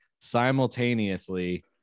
simultaneously